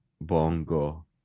Bongo